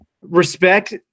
respect